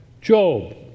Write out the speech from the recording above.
Job